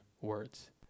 words